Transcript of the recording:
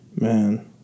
Man